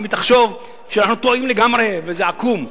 אם היא תחשוב שאנחנו טועים לגמרי וזה עקום.